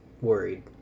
worried